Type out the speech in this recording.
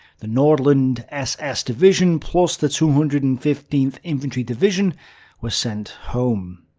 the nordland ss division, plus the two hundred and fifteenth infantry division were sent home.